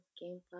game